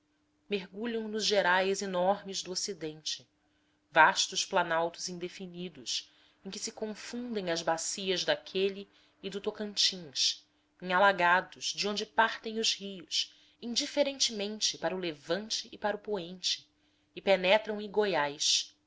mergulham nos gerais enormes do ocidente vastos planaltos indefinidos em que se confundem as bacias daquele e do tocantins em alagados de onde partem os rios indiferentemente para o levante e para o poente e penetram em goiás